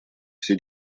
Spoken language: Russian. все